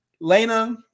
Lena